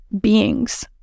beings